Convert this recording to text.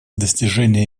достижения